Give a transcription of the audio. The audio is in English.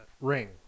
ring